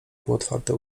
półotwarte